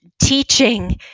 teaching